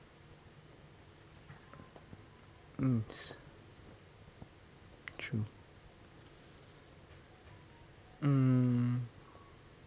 mm true um